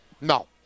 no